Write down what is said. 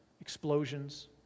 explosions